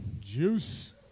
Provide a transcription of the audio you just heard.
juice